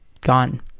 gone